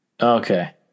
Okay